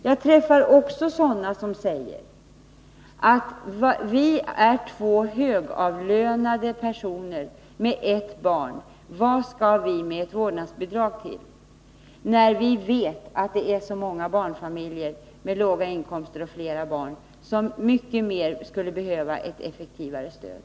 Jag träffar också människor som säger: Vi är två högavlönade personer med ett barn. Vad skall vi med ett vårdnadsbidrag till, när vi vet att det är så många barnfamiljer med låga inkomster och flera barn som mycket bättre skulle behöva ett effektivare stöd?